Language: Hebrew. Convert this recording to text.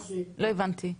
לא הבנתי.